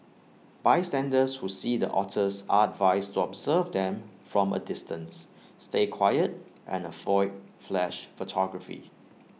bystanders who see the otters are advised to observe them from A distance stay quiet and avoid flash photography